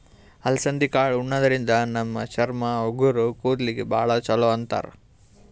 ಅಲಸಂದಿ ಕಾಳ್ ಉಣಾದ್ರಿನ್ದ ನಮ್ ಚರ್ಮ, ಉಗುರ್, ಕೂದಲಿಗ್ ಭಾಳ್ ಛಲೋ ಅಂತಾರ್